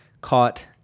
caught